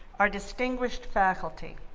our distinguished faculty,